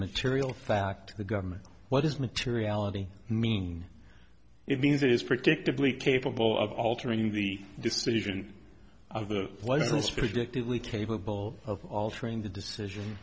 material fact the government what is materiality meaning it means it is predictably capable of altering the decision of the lessons predictably capable of altering the decision